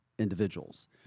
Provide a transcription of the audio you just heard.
Individuals